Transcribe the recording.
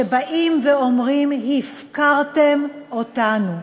שאומרים: הפקרתם אותנו.